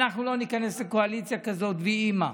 אנחנו לא ניכנס לקואליציה כזאת ויהי מה.